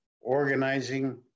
organizing